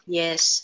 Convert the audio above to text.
yes